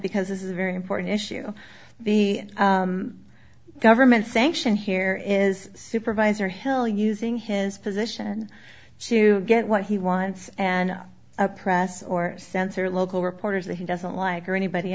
because this is a very important issue the government sanction here is supervisor hill using his position to get what he wants and a press or sense or local reporters that he doesn't like or anybody